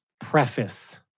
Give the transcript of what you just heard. preface